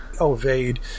evade